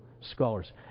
scholars